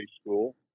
school